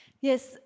Yes